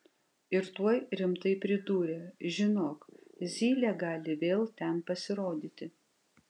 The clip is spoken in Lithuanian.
ir tuoj rimtai pridūrė žinok zylė gali vėl ten pasirodyti